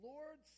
Lord